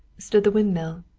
stood the windmill.